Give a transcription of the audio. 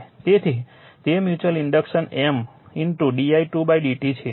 તેથી તે mutual inductance M di2 dt છે